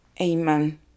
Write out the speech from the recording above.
amen